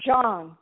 John